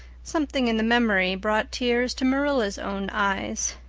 something in the memory brought tears to marilla's own eyes.